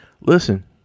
listen